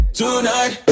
tonight